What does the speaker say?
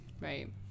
Right